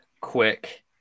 quick